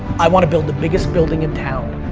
i want to build the biggest building in town,